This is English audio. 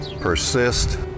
persist